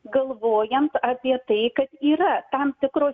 galvojant apie tai kad yra tam tikros